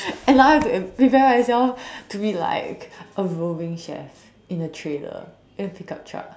and now I have prepare myself to be like a roving chef in a trailer in a pick up truck